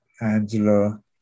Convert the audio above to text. Angela